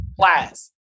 class